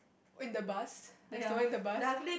in the bus there's no one in the bus